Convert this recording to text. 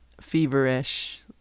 feverish